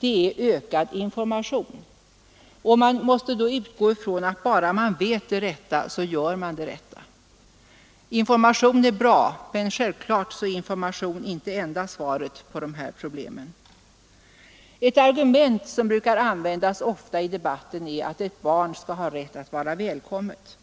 är ökad information. Man utgår tydligen ifrån att bara människor vet det rätta så gör de det rätta. Information är bra, men självklart är information inte enda svaret när det gäller dessa problem. Ett argument som ofta används i debatten är att ett barn skall ha rätt att vara välkommet.